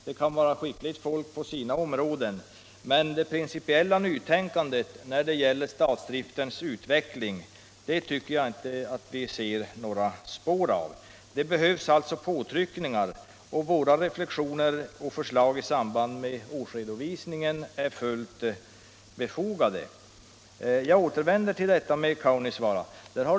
De kan vara skickliga på sina områden, men något principiellt nytänkande när det gäller statsdriftens utveckling tycker jag inte vi kan se några spår av. Det behövs alltså påtryckningar. Våra reflexioner och förslag i samband med årsredovisningen är därför fullt befogade. Jag återvänder till förslaget om Kaunisvaara.